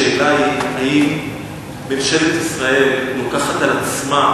השאלה היא האם ממשלת ישראל לוקחת על עצמה